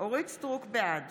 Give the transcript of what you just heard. בעד